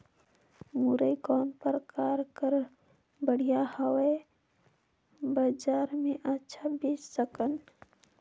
मुरई कौन प्रकार कर बढ़िया हवय? बजार मे अच्छा बेच सकन